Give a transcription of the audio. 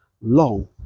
long